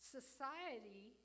Society